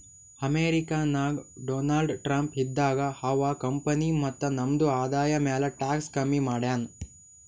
America ನಾಗ್ Donald Trump ಇದ್ದಾಗ ಅವಾ ಕಂಪನಿ ಮತ್ತ ನಮ್ದು ಆದಾಯ ಮ್ಯಾಲ ಟ್ಯಾಕ್ಸ್ ಕಮ್ಮಿ ಮಾಡ್ಯಾನ್